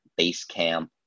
Basecamp